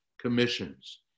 commissions